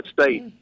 state